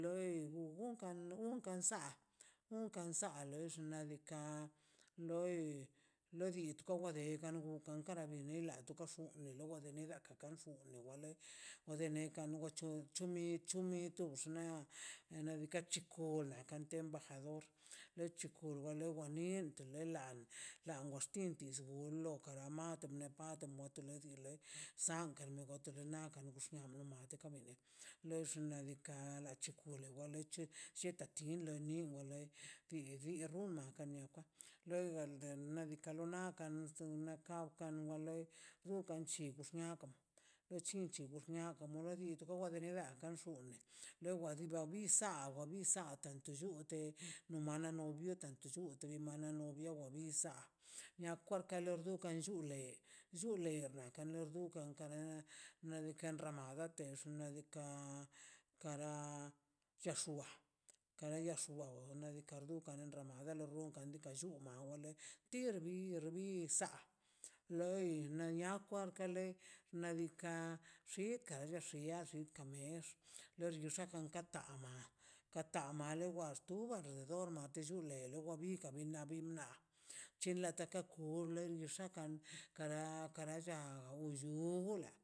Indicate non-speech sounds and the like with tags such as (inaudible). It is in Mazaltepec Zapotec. Uunkan lza ukan lza xnaꞌ diikaꞌ loi lodika gurgunka kara beni en la lara bini ḻa toka xonne lof wade negakan ka xuni wadale wadene ka to chumi chumi tub xnaꞌ nadikaꞌ chukol naꞌ kan ten enbajador lechu kur wa wanil tele la langox tin uro kara mati nepati moletele di san gote ni le le nakan gux nia (unintelligible) lox nadikaꞌ nachi kule oxtə lleta tin lo nin wa nil runna wa ti nia kwa lordika nakan nllu na la kabka loi ukan lli wxniako we chinchi wnia a more kan xune luego a bi ba bin bisa bisawa tanto nllute no mal novio tanto nllu no mal novio bisa nia kole llule llule na kan le unken kara nadika enrramada xnaꞌ diikaꞌ ta xuba kara ya xuba nadikan dukan enrramada dan llua male tirbi saꞌ lei na niakwa le nadikaꞌ ika nalexia en kamex loxika nanka ta ama kata male axtuba al rededor na te llule bikan binan bina chenla kata kui lo ni xnaꞌkan kara kara chaw ullu ula.